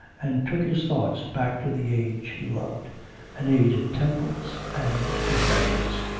and took his thoughts back to the age he loved an age of temples and disciples.